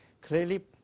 clearly